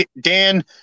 Dan